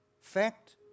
fact